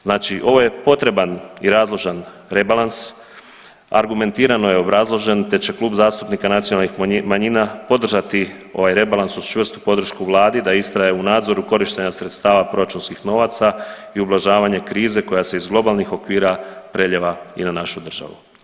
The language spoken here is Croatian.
Znači, ovo je potreban i razložan rebalans, argumentirano je obrazložen te će Klub zastupnika nacionalnih manjina podržati ovaj rebalans uz čvrstu podršku Vladi da ustraje u nadzoru korištenja sredstava proračunskih novaca i ublažavanje krize koja se iz globalnih okvira prelijeva i na našu državu.